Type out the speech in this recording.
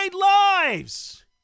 lives